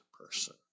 person